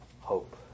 hope